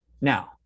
now